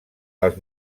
els